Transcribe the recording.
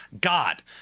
God